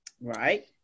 Right